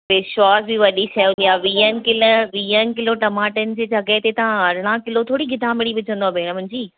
विश्वास बि वॾी शइ हूंदी आहे वीहनि किला वीहनि किलो टमाटनि जी जॻहि तव्हां अरिड़हं किलो थोरी ॻिदामिड़ी विझंदव भेण मुंहिंजी